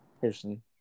person